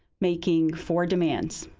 making four demands.